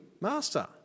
master